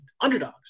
underdogs